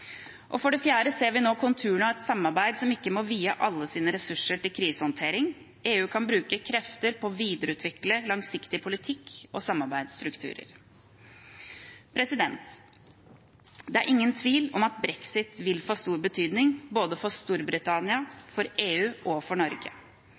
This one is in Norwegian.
For det fjerde ser vi nå konturene av et samarbeid som ikke må vie alle sine ressurser til krisehåndtering. EU kan bruke krefter på å videreutvikle langsiktig politikk og samarbeidsstrukturer. Det er ingen tvil om at brexit vil få stor betydning – både for Storbritannia,